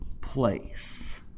place